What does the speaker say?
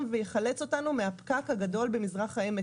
ויחלץ אותנו מהפקק הגדול במזרח העמק.